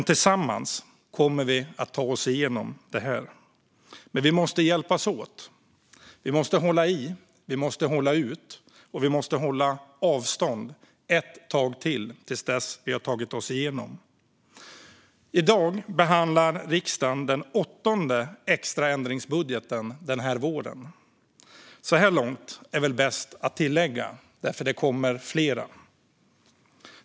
Tillsammans kommer vi att ta oss igenom den. Men vi måste hjälpas åt, hålla i, hålla ut och hålla avstånd ett tag till - tills vi har tagit oss igenom den. I dag behandlar riksdagen den åttonde extra ändringsbudgeten den här våren - så här långt, är det väl bäst att tillägga, för det kommer fler.